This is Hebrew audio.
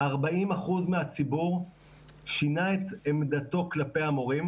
40% מהציבור שינה את עמדתו כלפי המורים